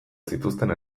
zituzten